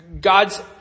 God's